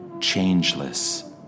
changeless